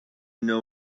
know